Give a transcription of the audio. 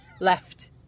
left